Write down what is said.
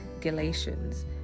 Galatians